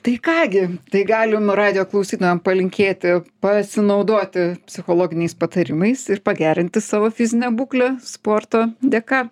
tai ką gi tai galim radijo klausytojam palinkėti pasinaudoti psichologiniais patarimais ir pagerinti savo fizinę būklę sporto dėka